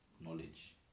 knowledge